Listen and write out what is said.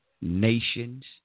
nations